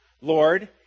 Lord